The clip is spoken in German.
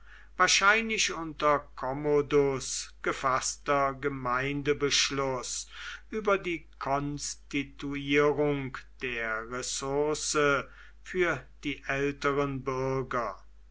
wahrscheinlich unter commodus gefaßter gemeindebeschluß über die konstituierung der ressource für die älteren bürger